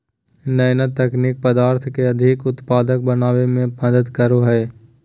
nano तकनीक पदार्थ के अधिक उत्पादक बनावय में मदद करो हइ